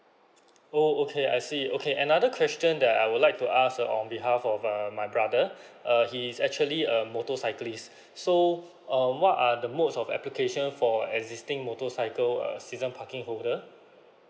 oh okay I see okay another question that I would like to ask uh on behalf of err my brother err he is actually a motorcyclist so um what are the modes of application for existing motorcycle uh season parking holder